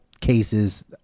cases